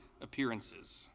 appearances